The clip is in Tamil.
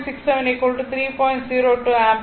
02 ஆம்பியர் ஆகும்